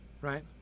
right